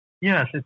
Yes